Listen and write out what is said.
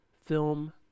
film